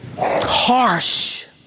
harsh